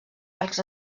arcs